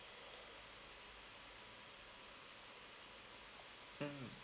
mm